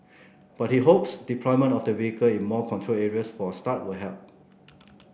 but he hopes deployment of the vehicle in more controlled areas for a start will help